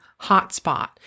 hotspot